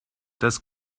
das